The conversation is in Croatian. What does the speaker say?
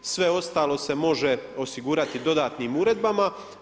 Sve ostalo se može osigurati dodatnim uredbama.